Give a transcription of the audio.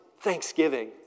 thanksgiving